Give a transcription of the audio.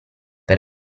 per